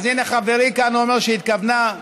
התכוונה, התכוונה.